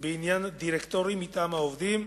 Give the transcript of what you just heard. בעניין דירקטורים מטעם העובדים.